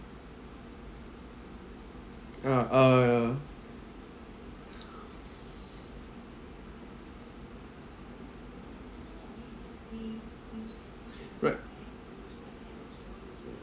ya uh right